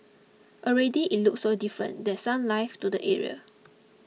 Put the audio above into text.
already it looks so different there's some life to the area